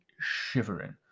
shivering